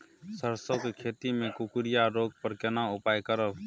सरसो के खेती मे कुकुरिया रोग पर केना उपाय करब?